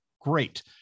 Great